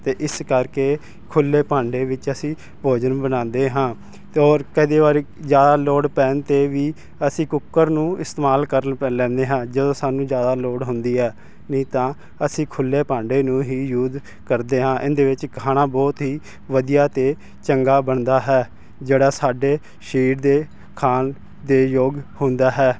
ਅਤੇ ਇਸ ਕਰਕੇ ਖੁੱਲ੍ਹੇ ਭਾਂਡੇ ਵਿੱਚ ਅਸੀਂ ਭੋਜਨ ਬਣਾਉਂਦੇ ਹਾਂ ਅਤੇ ਹੋਰ ਕਦੇ ਵਾਰੀ ਜ਼ਿਆਦਾ ਲੋੜ ਪੈਣ 'ਤੇ ਵੀ ਅਸੀਂ ਕੁੱਕਰ ਨੂੰ ਇਸਤੇਮਾਲ ਕਰ ਪ ਲੈਂਦੇ ਹਾਂ ਜਦੋਂ ਸਾਨੂੰ ਜ਼ਿਆਦਾ ਲੋੜ ਹੁੰਦੀ ਹੈ ਨਹੀਂ ਤਾਂ ਅਸੀਂ ਖੁੱਲ੍ਹੇ ਭਾਂਡੇ ਨੂੰ ਹੀ ਯੂਜ ਕਰਦੇ ਹਾਂ ਇਹਦੇ ਵਿੱਚ ਖਾਣਾ ਬਹੁਤ ਹੀ ਵਧੀਆ ਅਤੇ ਚੰਗਾ ਬਣਦਾ ਹੈ ਜਿਹੜਾ ਸਾਡੇ ਸਰੀਰ ਦੇ ਖਾਣ ਦੇ ਯੋਗ ਹੁੰਦਾ ਹੈ